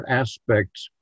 aspects